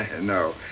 No